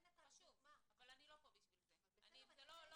חשוב, אבל לא רלבנטי.